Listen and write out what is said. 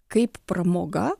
kaip pramoga